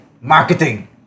marketing